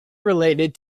related